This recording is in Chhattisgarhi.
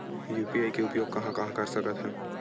यू.पी.आई के उपयोग कहां कहा कर सकत हन?